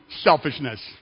selfishness